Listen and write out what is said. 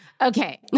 Okay